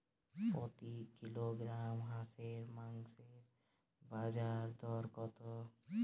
প্রতি কিলোগ্রাম হাঁসের মাংসের বাজার দর কত?